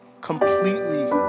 completely